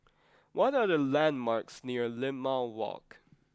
what are the landmarks near Limau Walk